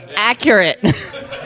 accurate